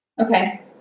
Okay